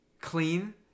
clean